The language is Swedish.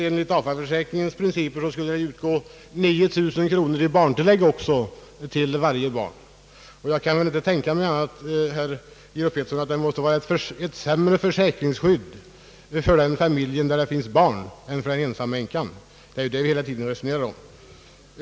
Enligt AFA-försäkringens principer skulle det utgå 9000 kronor i barntillägg för varje barn. Jag kan inte tänka mig annat, herr Georg Pettersson, än att riksdagens grupplivförsäkring erbjuder ett sämre skydd än AFA-försäkringen för den familj där det finns barn, och det är ju detta vi hela tiden resonerar om.